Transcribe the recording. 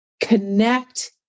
connect